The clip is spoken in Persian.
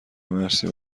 مرسی